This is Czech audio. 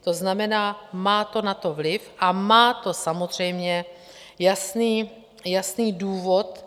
To znamená, má to na to vliv a má to samozřejmě jasný důvod.